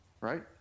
Right